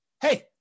hey